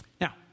Now